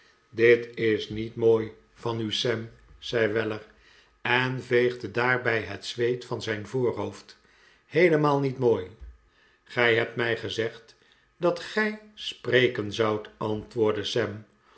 dit is niet mooi van u sam zei weller en veegde daarbij het zweet van zijn voorhoofd heelemaal niet mooi gij hebt mij gezegd dat gij spreken zoudt antwoordde